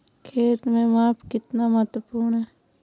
खेत में माप कितना महत्वपूर्ण है?